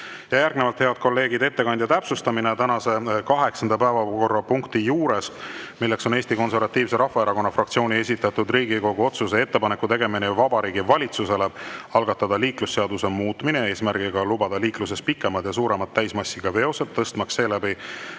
seadusele. Järgnevalt, head kolleegid, ettekandja täpsustamine. Tänase kaheksanda päevakorrapunkti juures, milleks on Eesti Konservatiivse Rahvaerakonna fraktsiooni esitatud Riigikogu otsuse "Ettepaneku tegemine Vabariigi Valitsusele algatada Liiklusseaduse muutmine eesmärgiga lubada liikluses pikemad ja suurema täismassiga veosed, tõstmaks seeläbi